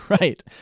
Right